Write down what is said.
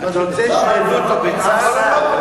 מצדי שלא יהיה בכלל.